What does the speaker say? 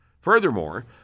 Furthermore